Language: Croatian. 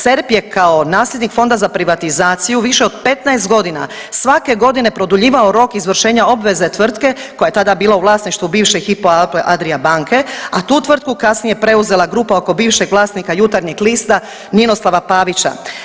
CERP je kao nasljednik Fonda za privatizaciju više od 15 godina svake godine produljivao rok izvršenja obveze tvrtke koja je tada bila u vlasništvu bivše Hypo Alpe Adria banke, a tu tvrtku je kasnije preuzela grupa oko bivšeg vlasnika Jutarnjeg lista Ninoslava Pavića.